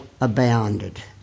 abounded